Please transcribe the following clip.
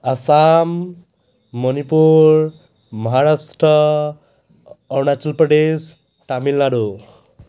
Assam Manipur Maharashtra Arunachal Pradesh Tamil Nadu